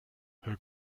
her